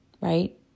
right